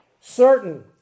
certain